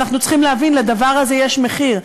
אנחנו צריכים להבין, לדבר הזה יש מחיר.